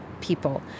people